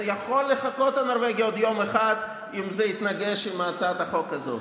הנורבגי יכול לחכות עוד יום אחד אם זה יתנגש בהצעת החוק הזאת.